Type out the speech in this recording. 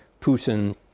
Putin